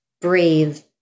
brave